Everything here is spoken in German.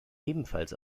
ebenfalls